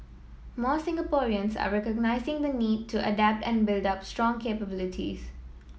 more Singaporeans are recognising the need to adapt and build up strong capabilities